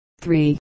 three